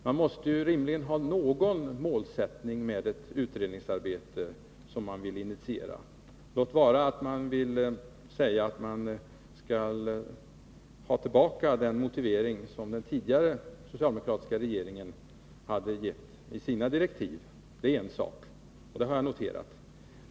Man måste rimligen ha någon målsättning med ett utredningsarbete som man vill initiera. Låt vara att man säger att man vill ha tillbaka den motivering som den Nr 23 tidigare socialdemokratiska regeringen givit i sina direktiv. Det är en sak. Onsdagen den Det har jag noterat.